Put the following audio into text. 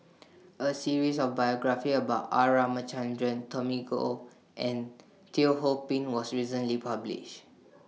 A series of biographies about R Ramachandran Tommy Koh and Teo Ho Pin was recently published